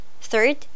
Third